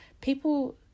people